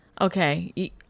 Okay